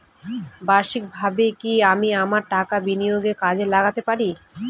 বার্ষিকভাবে কি আমি আমার টাকা বিনিয়োগে কাজে লাগাতে পারি?